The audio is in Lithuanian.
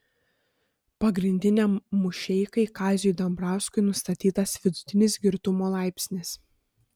pagrindiniam mušeikai kaziui dambrauskui nustatytas vidutinis girtumo laipsnis